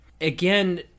Again